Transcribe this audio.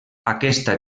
aquesta